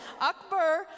Akbar